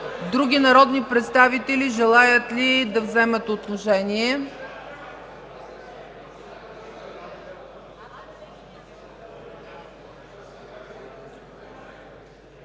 Други народни представители желаят ли да вземат отношение?